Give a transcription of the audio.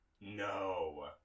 No